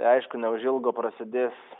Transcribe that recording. tai aišku neužilgo prasidės